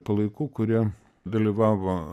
palaikų kurie dalyvavo